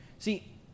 See